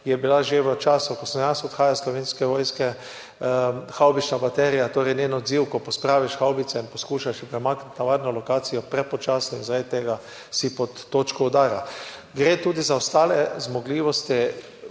je bila že v času, ko sem jaz odhajal iz Slovenske vojske, havbična baterija, torej njen odziv, ko pospraviš havbice in jih poskušaš premakniti na varno lokacijo, prepočasna, in zaradi tega si pod točko udara. Gre tudi za ostale zmogljivosti.